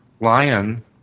Lion